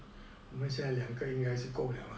我们现在两个应该是够了啊